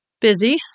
Busy